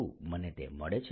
શું મને તે મળે છે